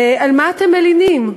על מה אתם מלינים?